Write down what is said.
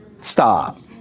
stop